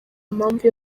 mpamvu